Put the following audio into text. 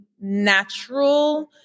natural